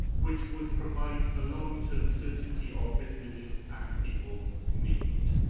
which would provide the long-term certainty our businesses and people need.